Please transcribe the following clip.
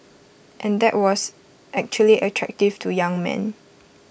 and that was actually attractive to young men